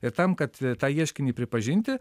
ir tam kad tą ieškinį pripažinti